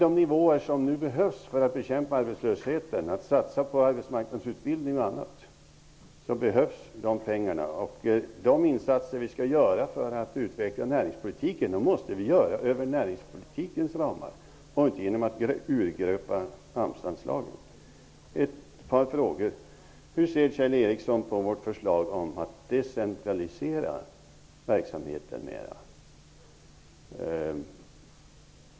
Dessa pengar behövs för att bekämpa arbetslösheten och satsa på arbetsmarknadsutbildning. De insatser som skall göras för att utveckla näringspolitiken måste göras inom näringspolitikens ramar och inte genom att urgröpa AMS-anslagen. Jag har ett par frågor. Hur ser Kjell Ericsson på vårt förslag att decentralisera verksamheten mer?